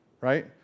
right